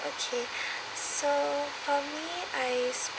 okay so for me I